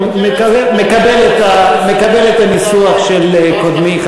אני מקבל את הניסוח של קודמי,